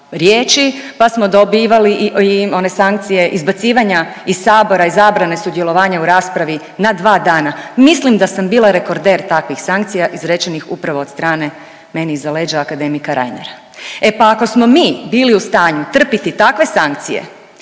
pa smo dobivali i one sankcije izbacivanja iz sabora i zabrane sudjelovanja u raspravi na dva dana. Mislim da sam bila rekorder takvih sankcija izrečenih upravo od strane meni iza leđa akademika Reinera. E pa ako smo mi bili u stanju trpiti takve sankcije